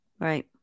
Right